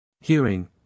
Hearing